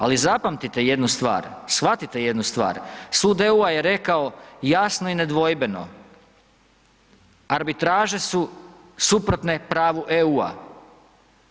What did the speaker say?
Ali zapamtite jednu stvar, shvatite jednu stvar, sud EU-a je rekao jasno i nedvojbeno, arbitraže su suprotne pravu EU-a.